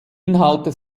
inhalte